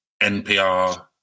NPR